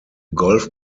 golf